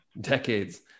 decades